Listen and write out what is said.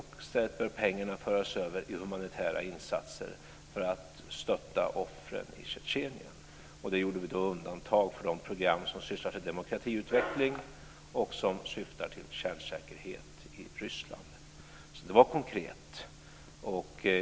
I stället bör pengarna föras över till humanitära insatser för att stötta offren i Tjetjenien. Vi gjorde då undantag för de program som syftar till demokratiutveckling och som syftar till kärnsäkerhet i Ryssland. Det var alltså konkret.